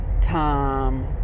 time